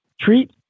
treat